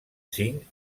cinc